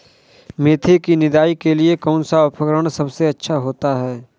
मेथी की निदाई के लिए कौन सा उपकरण सबसे अच्छा होता है?